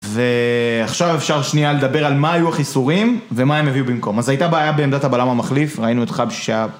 ועכשיו אפשר שנייה לדבר על מה היו החיסורים ומה הם הביאו במקום. אז הייתה בעיה בעמדת הבלם המחליף, ראינו אותך בשעה...